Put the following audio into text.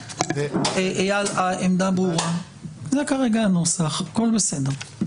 אייל, העמדה ברורה, זה כרגע הנוסח, הכול בסדר.